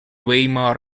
weimar